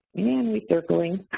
and recircling,